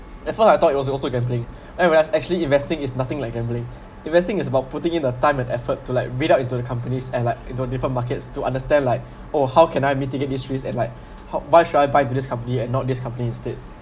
at first I thought it was also gambling whereas actually investing is nothing like gambling investing is about putting in the time and effort to like read up into the companies and like into different markets to understand like oh how can I mitigate these risks and like how why should I buy into this company and not this company instead